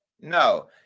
no